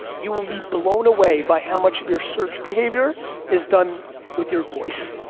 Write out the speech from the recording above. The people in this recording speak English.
you will be blown away by how much of your search behavior is done with your voice.